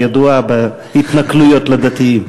שידועה בעיסוקה בנושאים של התנכלויות לדתיים.